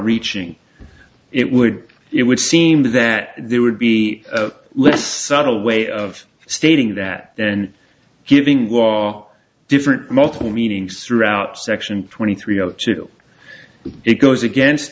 reaching it would it would seem that there would be less subtle way of stating that then giving wall different multiple meanings throughout section twenty three zero two but it goes against